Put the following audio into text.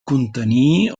contenir